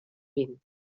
vint